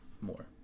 more